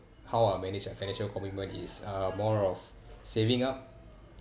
how I manage that financial commitment is uh more of saving up